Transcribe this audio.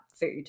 food